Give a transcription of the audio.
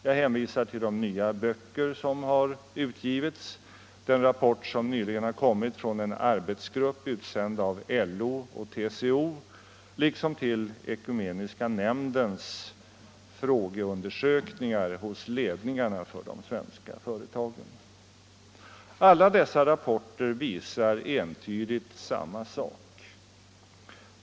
Jag hänvisar till de nya böcker som utgivits, den rapport som nyligen kommit från en arbetsgrupp utsänd av LO och TCO, liksom till Ekumeniska nämndens valutalagstiftning frågeundersökningar hos ledningarna för de svenska företagen. Alla dessa rapporter visar entydigt samma sak.